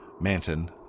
Manton